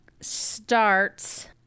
starts